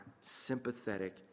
sympathetic